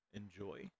enjoy